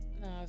No